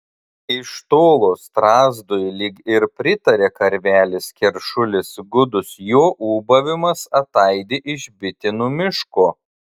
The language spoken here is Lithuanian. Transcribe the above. iš tolo strazdui lyg ir pritaria karvelis keršulis gūdus jo ūbavimas ataidi iš bitinų miško